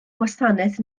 gwasanaeth